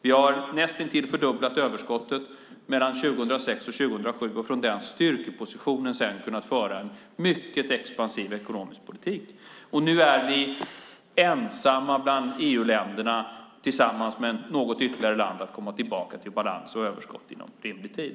Vi har näst intill fördubblat överskottet mellan 2006 och 2007 och från den styrkepositionen sedan kunnat föra en mycket expansiv ekonomisk politik. Nu är vi ensamma bland EU-länderna om att tillsammans med något ytterligare land komma tillbaka till balans och överskott inom rimlig tid.